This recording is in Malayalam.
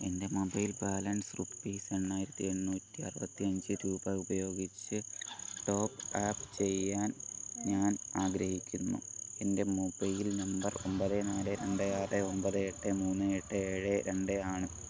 എൻ്റെ മൊബൈൽ ബാലൻസ് റുപ്പീസ് എണ്ണായിരത്തി എണ്ണൂറ്റി അറുപത്തി അഞ്ച് രൂപ ഉപയോഗിച്ചു ടോപ്പ് അപ്പ് ചെയ്യാൻ ഞാൻ ആഗ്രഹിക്കുന്നു എൻ്റെ മൊബൈൽ നമ്പർ ഒമ്പത് നാല് രണ്ട് ആറ് ഒമ്പത് എട്ട് മൂന്ന് എട്ട് ഏഴ് രണ്ട് ആണ്